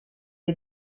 des